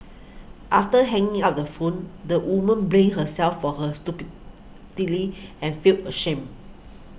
after hanging up the phone the woman blamed herself for her and felt ashamed